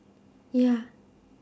ya